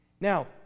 Now